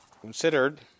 considered